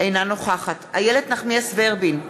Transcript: אינה נוכחת איילת נחמיאס ורבין,